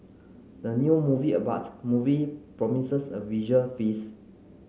the new movie about movie promises a visual feast